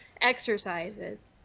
exercises